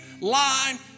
line